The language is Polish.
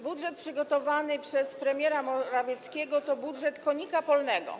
Budżet przygotowany przez premiera Morawieckiego to budżet konika polnego.